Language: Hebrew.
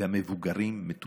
גם מבוגרים, מטופלים,